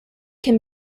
can